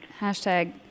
hashtag